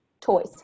Toys